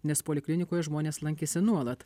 nes poliklinikoje žmonės lankėsi nuolat